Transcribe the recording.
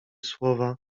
słowa